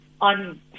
on